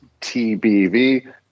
TBV